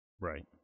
Right